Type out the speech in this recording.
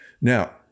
Now